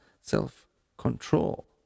self-control